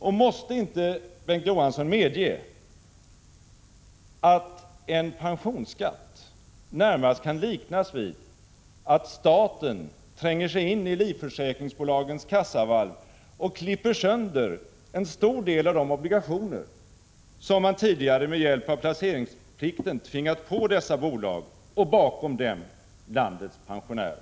Och måste inte Bengt Johansson medge att införandet av en pensionsskatt närmast kan liknas vid att staten tränger sig in i livförsäkringsbolagens kassavalv och klipper sönder en stor del av de obligationer som man tidigare med hjälp av placeringsplikten tvingat på dessa bolag och bakom dem landets pensionärer?